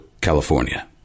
California